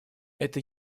это